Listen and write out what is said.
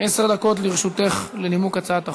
עשר דקות לרשותך לנימוק הצעת החוק.